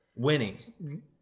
Winning